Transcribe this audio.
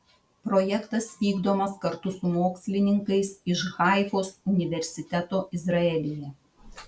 projektas vykdomas kartu su mokslininkais iš haifos universiteto izraelyje